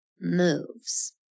moves